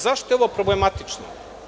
Zašto je ovo problematično?